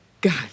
God